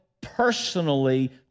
personally